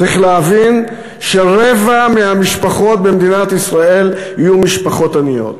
צריך להבין שרבע מהמשפחות במדינת ישראל יהיו משפחות עניות.